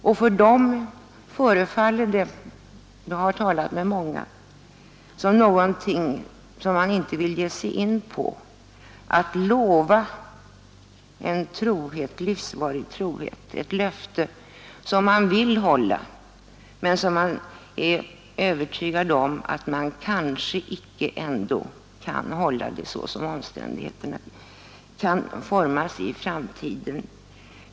Och människor tycker — jag har talat med många — att de inte vill ge sig in på att lova en livsvarig trohet, inte vill avge ett löfte som de önskar hålla men som de kanske inte kommer att kunna hålla, beroende på hur omständigheterna formas i framtiden.